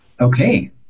Okay